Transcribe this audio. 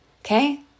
Okay